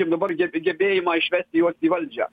sakykim dabar geb gebėjimą išvesti juos į valdžią